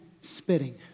spitting